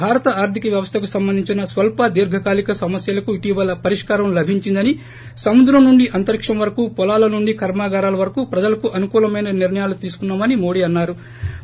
భారత ఆర్దిక వ్యవస్దకు సంబంధించిన స్వల్ప దీర్ఘకాలిక సమస్యల ఇటీవల పరిష్కారం లభించిందని సముద్రం నుండి అంతరిక్షం వరకు పొలాల నుండి కర్మాగారాల వరకు ప్రజలకు అనుకూలమైన నిర్ణయాలు తీసుకున్నా మని మోడీ అన్నా రు